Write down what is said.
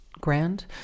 grand